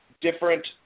different